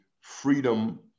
freedom